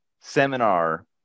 seminar